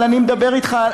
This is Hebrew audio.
אבל אני מדבר אתך,